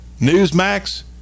Newsmax